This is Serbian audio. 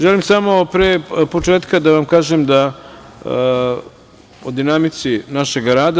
Želim samo, pre početka, da vam kažem o dinamici našeg rada.